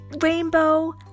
rainbow